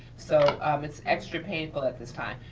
so um it's extra painful at this time.